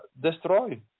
destroy